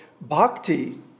Bhakti